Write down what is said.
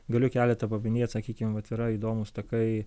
galiu keletą paminėt sakykim vat yra įdomūs takai